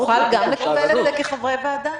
נוכל גם לקבל את זה כחברי ועדה?